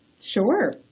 Sure